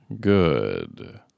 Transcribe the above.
Good